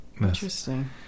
interesting